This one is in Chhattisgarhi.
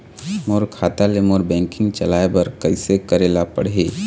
मोर खाता ले मोर बैंकिंग चलाए बर कइसे करेला पढ़ही?